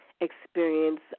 experience